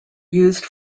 used